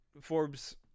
Forbes